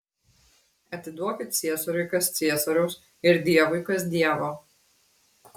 atiduokit ciesoriui kas ciesoriaus ir dievui kas dievo